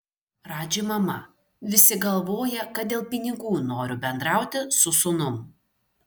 radži mama visi galvoja kad dėl pinigų noriu bendrauti su sūnum